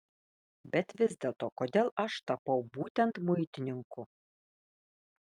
bet vis dėlto kodėl aš tapau būtent muitininku